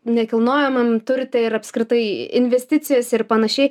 nekilnojamam turte ir apskritai investicijas ir panašiai